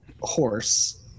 horse